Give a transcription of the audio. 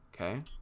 okay